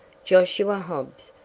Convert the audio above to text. josiah hobbs!